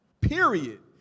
period